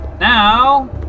Now